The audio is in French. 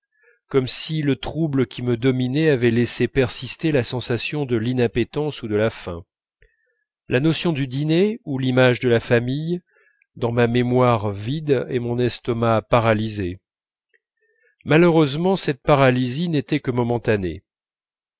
comme si le trouble qui me dominait avait laissé persister la sensation de l'inappétence ou de la faim la notion du dîner ou l'image de la famille dans ma mémoire vide et mon estomac paralysé malheureusement cette paralysie n'était que momentanée